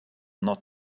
not